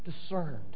discerned